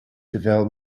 teveel